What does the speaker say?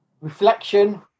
reflection